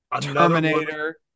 terminator